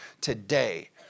today